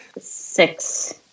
Six